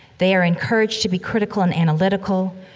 they are encouraged to be critical and analytical,